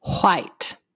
White